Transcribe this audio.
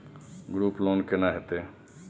Group loan केना होतै?